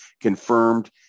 confirmed